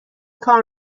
کار